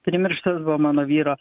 primirštas buvo mano vyro